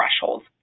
thresholds